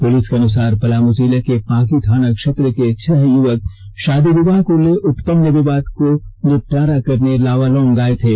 police के अनुसार पलामू जिले के पांकी थाना क्षेत्र के छह युवक शादी विवाह को ले उत्पन्न विवाद का निबटारा करने लावालौंग आए थे